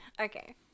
Okay